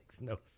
no